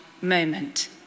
moment